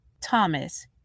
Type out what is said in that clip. Thomas